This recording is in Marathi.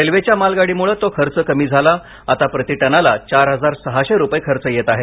रेल्वेच्या मालगाडीमुळे तो खर्च कमी झाला आता प्रतिटनाला चार हजार सहाशे रुपये खर्च येत आहे